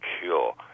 cure